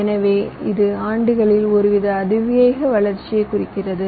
எனவே இது ஆண்டுகளில் ஒருவித அதிவேக வளர்ச்சியைக் குறிக்கிறது